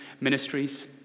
ministries